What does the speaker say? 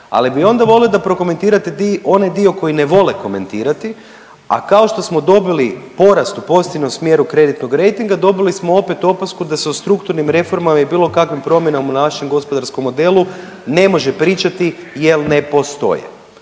Ali bih onda volio da prokomentirate onaj dio koji ne vole komentirati, a kao što smo dobili porast u pozitivnom smjeru kreditnog rejtinga dobili smo opet opasku da se o strukturnim reformama i bilo kakvim promjenama u našem gospodarskom modelu ne može pričati jer ne postoje.